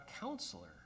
counselor